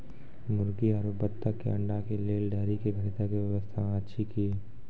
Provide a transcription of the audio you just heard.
मुर्गी आरु बत्तक के अंडा के लेल डेयरी के खरीदे के व्यवस्था अछि कि?